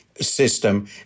system